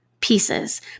pieces